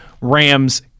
Rams